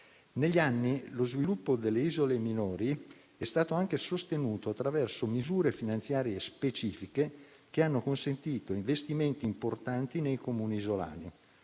Negli anni, lo sviluppo delle isole minori è stato anche sostenuto attraverso misure finanziarie specifiche, che hanno consentito investimenti importanti nei Comuni isolani.